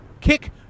Kick